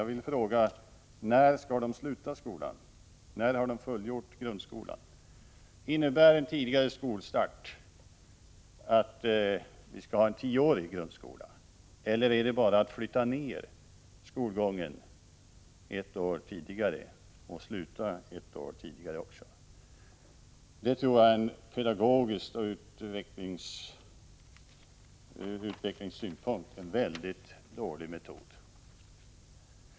Jag vill fråga: När skall de sluta skolan? När har de fullgjort grundskolan? Innebär en tidigare skolstart att vi skall ha en tioårig grundskola? Eller gäller det bara att flytta ner skolgången så att man börjar ett år tidigare och slutar ett år tidigare? Det tror jag vore en pedagogiskt och ur utvecklingssynpunkt dålig metod.